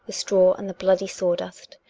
the straw and the bloody sawdust,